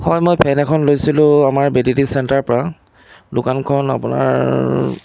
হয় মই ফেন এখন লৈছিলোঁ আমাৰ বি টি ডি চেণ্টাৰৰ পৰা দোকানখন আপোনাৰ